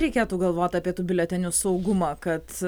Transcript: reikėtų galvot apie tų biuletenių saugumą kad